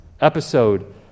Episode